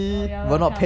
oh you're welcome